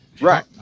Right